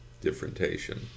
differentiation